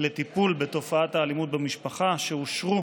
לטיפול בתופעת האלימות במשפחה, שאושרו